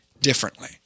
differently